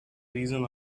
reason